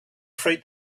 freight